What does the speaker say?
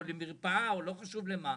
למרפאה או לא חשוב למה.